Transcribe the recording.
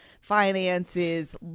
finances